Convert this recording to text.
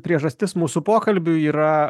priežastis mūsų pokalbių yra